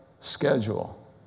schedule